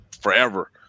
forever